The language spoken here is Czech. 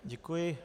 Děkuji.